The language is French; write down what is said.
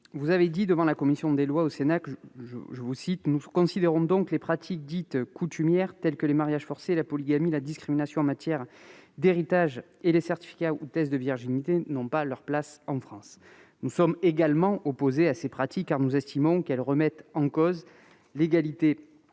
ministre, devant la commission des lois du Sénat, vous avez affirmé :« Nous considérons donc que les pratiques dites " coutumières " telles que les mariages forcés, la polygamie, la discrimination en matière d'héritage et les certificats ou tests de virginité n'ont pas leur place en France. » Nous sommes également opposés à ces pratiques, car nous estimons qu'elles remettent en cause l'égalité